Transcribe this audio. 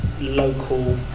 local